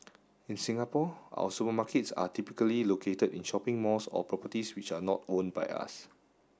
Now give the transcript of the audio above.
in Singapore our supermarkets are typically located in shopping malls or properties which are not own by us